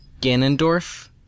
Ganondorf